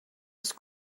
was